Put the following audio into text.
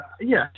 yes